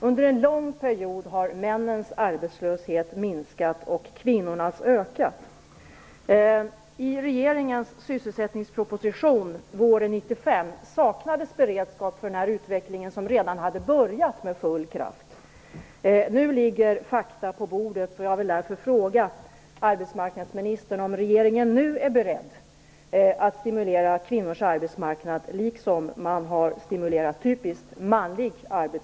Under en lång period har männens arbetslöshet minskat och kvinnornas ökat. I regeringens sysselsättningsproposition våren 1995 saknades beredskap för denna utveckling, som redan hade börjat med full kraft. Nu ligger fakta på bordet.